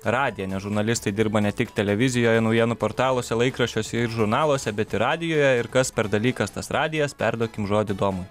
radiją nes žurnalistai dirba ne tik televizijoje naujienų portaluose laikraščiuose ir žurnaluose bet ir radijuje ir kas per dalykas tas radijas perduokim žodį domui